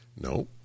No